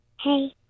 Hey